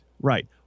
Right